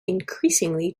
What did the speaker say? increasingly